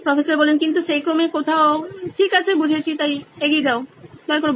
professor কিন্তু সেই ক্রমে কোথাও ঠিক আছে বুঝেছি তাই এগিয়ে যাও দয়া করে